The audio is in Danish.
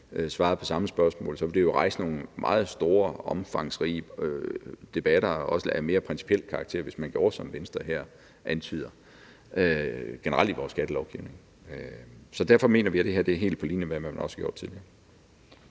svarede på samme spørgsmål, ville det jo rejse nogle meget store og omfangsrige debatter, også af mere principiel karakter, hvis man generelt i vores skattelovgivning gjorde, som Venstre her antyder. Så derfor mener vi, at det her er helt på linje med, hvad man også har gjort tidligere.